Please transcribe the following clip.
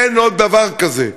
אין עוד דבר כזה.